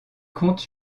compte